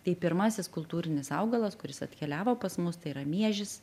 tai pirmasis kultūrinis augalas kuris atkeliavo pas mus tai yra miežis